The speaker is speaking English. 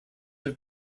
have